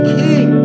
king